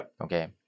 Okay